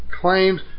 claims